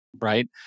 right